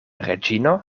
reĝino